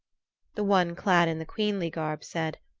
the one clad in the queenly garb said,